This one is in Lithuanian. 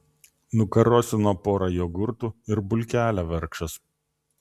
nukarosino pora jogurtų ir bulkelę vargšas